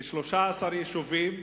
כ-13 יישובים,